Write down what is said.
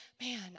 man